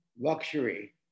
luxury